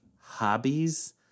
hobbies